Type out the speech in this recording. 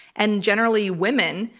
and generally women,